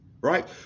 Right